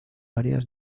áreas